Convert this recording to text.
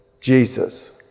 Jesus